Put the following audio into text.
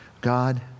God